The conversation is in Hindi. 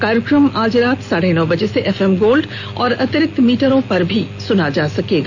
यह कार्यक्रम आज रात साढे नौ बजे से एफएम गोल्ड और अतिरिक्त मीटरों पर सुना जा सकता है